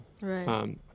Right